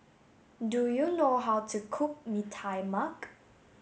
do you know how to cook Mee Tai Mak